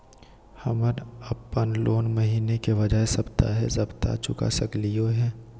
हम अप्पन लोन महीने के बजाय सप्ताहे सप्ताह चुका रहलिओ हें